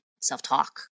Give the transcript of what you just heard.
self-talk